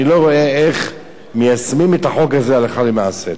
אני לא רואה איך מיישמים את החוק הזה הלכה למעשה.